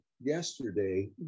yesterday